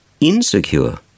insecure